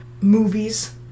movies